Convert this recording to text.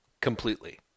Completely